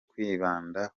kwibanda